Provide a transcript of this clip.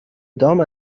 دام